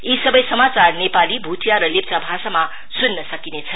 यो सबै समाचार नेपाली भुटिया र लेप्चा भाषामा सुन्न सकिनेछ